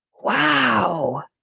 Wow